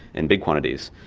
in big quantities.